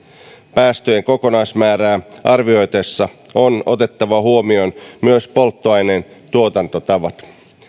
päästöjen kokonaismäärää arvioitaessa on otettava huomioon myös polttoaineen tuotantotavat